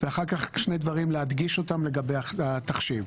ואחר-כך להדגיש שני דברים לגבי התחשיב,